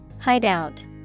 hideout